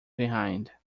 behind